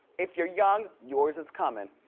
if you're young, yours is coming.